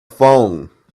phone